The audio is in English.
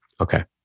Okay